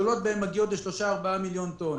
הגדולות שבהן מגיעות לשלושה ארבעה מיליון טון.